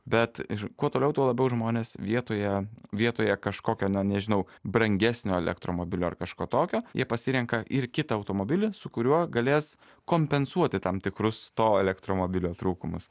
bet ir kuo toliau tuo labiau žmonės vietoje vietoje kažkokio na nežinau brangesnio elektromobilio ar kažko tokio jie pasirenka ir kitą automobilį su kuriuo galės kompensuoti tam tikrus to elektromobilio trūkumas